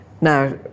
Now